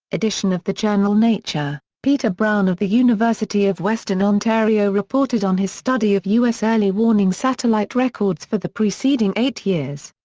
edition of the journal nature, peter brown of the university of western ontario reported on his study of u s. early warning satellite records for the preceding eight years.